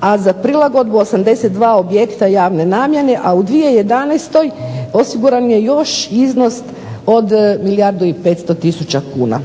a za prilagodbu 82 objekta javne namjene, a u 2011. osiguran je još iznos od milijardu i 500 tisuća kuna.